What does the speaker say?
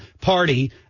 party